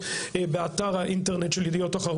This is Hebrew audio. כנסת,